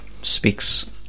speaks